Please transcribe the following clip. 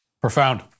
Profound